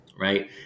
right